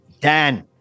Dan